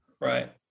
Right